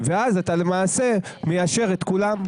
ואז אתה למעשה מיישר את כולם.